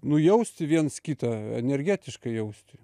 nu jausti viens kitą energetiškai jausti